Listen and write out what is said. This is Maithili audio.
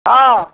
हँ